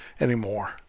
anymore